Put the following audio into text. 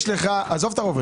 עזוב את הרוב.